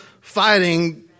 Fighting